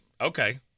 okay